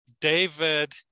David